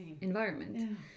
environment